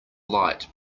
light